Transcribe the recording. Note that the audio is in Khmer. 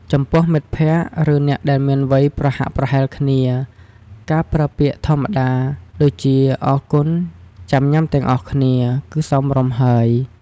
ចំពោះមិត្តភក្តិ ឬអ្នកដែលមានវ័យប្រហាក់ប្រហែលគ្នា ការប្រើពាក្យធម្មតាដូចជា "អរគុណ ចាំញ៉ាំទាំងអស់គ្នា" គឺសមរម្យហើយ។